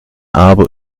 aber